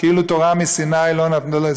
כאילו תורה מסיני לא נתנו,